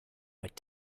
what